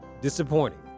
disappointing